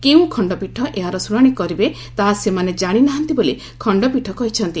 କେଉଁ ଖଣ୍ଡପୀଠ ଏହାର ଶୁଣାଣି କରିବେ ତାହା ସେମାନେ ଜାଣି ନାହାନ୍ତି ବୋଲି ଖଣ୍ଡପୀଠ କହିଛନ୍ତି